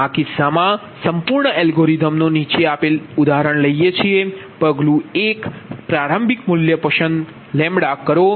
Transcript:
તેથી આ કિસ્સામાં સંપૂર્ણ અલ્ગોરિધમનો નીચે આપેલ છે ઉદાહરણ તરીકે પગલું 1 પ્રારંભિક મૂલ્ય પસંદ કરો